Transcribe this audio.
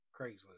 craigslist